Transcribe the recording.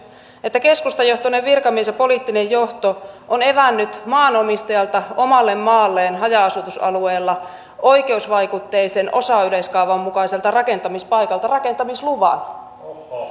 että keskustajohtoinen virkamies ja poliittinen johto on evännyt maanomistajalta omalle maalleen haja asutusalueella oikeusvaikutteisen osayleiskaavan mukaiselta rakentamispaikalta rakentamisluvan